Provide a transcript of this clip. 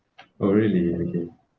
oh really okay